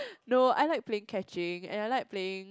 no I like playing catching and I like playing